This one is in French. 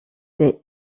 les